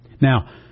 Now